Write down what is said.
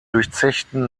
durchzechten